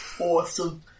Awesome